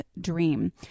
dream